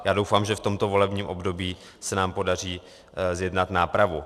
Já doufám, že v tomto volebním období se nám podaří zjednat nápravu.